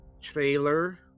trailer